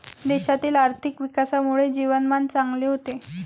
देशातील आर्थिक विकासामुळे जीवनमान चांगले होते